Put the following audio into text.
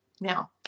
Now